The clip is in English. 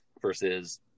versus